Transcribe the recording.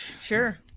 Sure